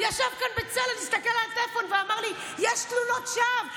ישב כאן בצלאל והסתכל על הטלפון ואמר לי: יש תלונות שווא.